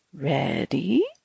Ready